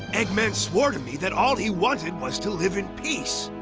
eggman swore to me that all he wanted was to live in peace.